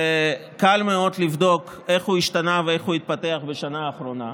וקל מאוד לבדוק איך הוא השתנה ואיך הוא התפתח בשנה האחרונה,